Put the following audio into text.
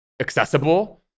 accessible